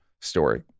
story